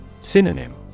Synonym